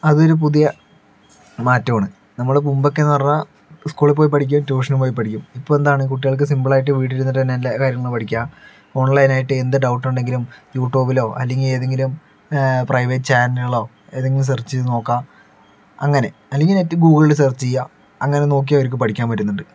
അതൊരു പുതിയ മാറ്റം ആണ് നമ്മൾ മുൻപൊക്കെ എന്ന് പറഞ്ഞാൽ സ്കൂളിൽ പോയി പഠിക്കുക ട്യൂഷനും പോയി പഠിക്കും ഇപ്പം എന്താണ് കുട്ടികൾക്ക് സിമ്പിളായിട്ട് വീട്ടിൽ ഇരുന്നിട്ടു തന്നെ എല്ലാ കാര്യങ്ങളും പഠിക്കാം നമ്മൾ അതിനായിട്ട് എന്ത് ഡൗട്ട് ഉണ്ടെങ്കിലും യൂട്യൂബിലൊ അല്ലെങ്കിൽ ഏതെങ്കിലും പ്രൈവറ്റ് ചാനലിലോ ഏതെങ്കിലും സേർച്ച് ചെയ്ത് നോക്കാം അങ്ങനെ അല്ലെങ്കിൽ നെറ്റ് ഗൂഗിൾ സേർച്ച് ചെയ്യാം അങ്ങനെ നോക്കി അവർക്ക് പഠിക്കാൻ പറ്റുന്നുണ്ട്